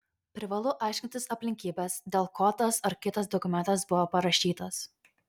privalu aiškintis aplinkybes dėl ko tas ar kitas dokumentas buvo parašytas